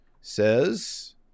says